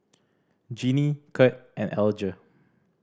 Genie Kurt and Alger